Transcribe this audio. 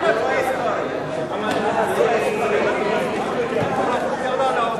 איסור ייבוא מוצרי קוסמטיקה וחומרי ניקוי שנוסו על בעלי-חיים),